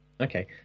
Okay